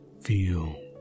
feel